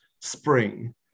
spring